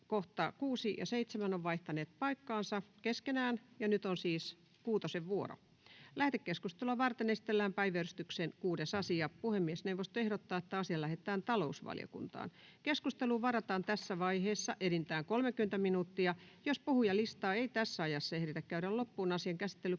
6 ja 7 ovat vaihtaneet paikkaansa keskenään, ja nyt on siis kuutosen vuoro. Lähetekeskustelua varten esitellään päiväjärjestyksen 6. asia. Puhemiesneuvosto ehdottaa, että asia lähetetään talousvaliokuntaan. Keskusteluun varataan tässä vaiheessa enintään 30 minuuttia. Jos puhujalistaa ei tässä ajassa ehditä käydä loppuun, asian käsittely keskeytetään